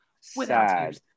sad